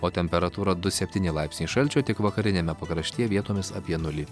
o temperatūra du septyni laipsniai šalčio tik vakariniame pakraštyje vietomis apie nulį